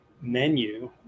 menu